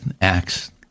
Acts